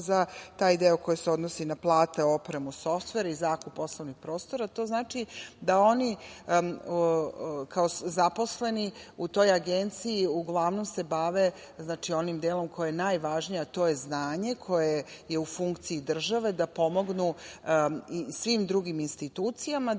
za taj deo koji se odnosi na plate, opremu, softvere i zakup poslovnih prostora. To znači da se oni kao zaposleni u toj Agenciji uglavnom bave onim delom koji je najvažniji, a to je znanje, koje je u funkciji države, da pomognu svim drugim institucijama